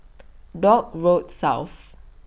Dock Road South